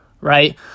right